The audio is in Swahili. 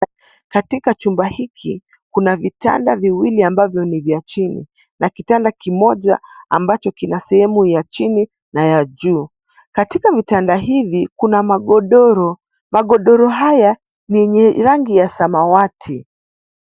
Katika chumba hiki kuna vitanda viwili ambavyo ni vya chini na kitanda kimoja ambacho kina sehemu ya chini na ya juu. Katika vitanda hivi kuna magodoro. Magodoro haya ni rangi ya samawati.